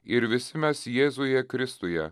ir visi mes jėzuje kristuje